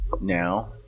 now